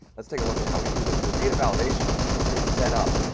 let's take a look at how we do this. the data validation is set up.